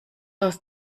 aus